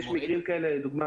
לדוגמה,